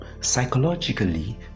psychologically